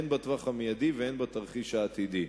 הן בטווח המיידי והן בתרחיש העתידי.